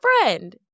friend